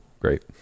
great